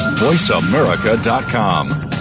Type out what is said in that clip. VoiceAmerica.com